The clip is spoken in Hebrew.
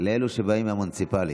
לאלו שבאים מהמוניציפלי.